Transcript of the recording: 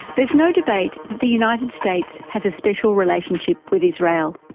there is no debate that the united states has a special relationship with israel.